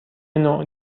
نوع